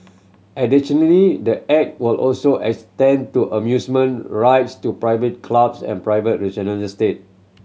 additionally the Act will also extend to amusement rides to private clubs and private estate